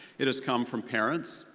it has come from parents,